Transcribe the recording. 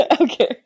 okay